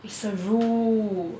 it's a rule